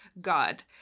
God